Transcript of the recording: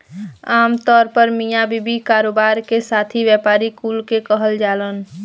आमतौर पर मिया बीवी, कारोबार के साथी, व्यापारी कुल के कहल जालन